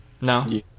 No